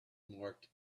marked